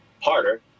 harder